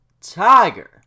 tiger